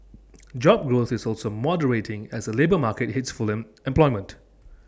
job growth is also moderating as the labour market hits fulling employment